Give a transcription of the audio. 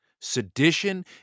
Sedition